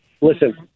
Listen